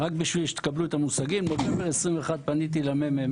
פניתי למ.מ.מ.